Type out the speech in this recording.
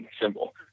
symbol